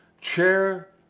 chair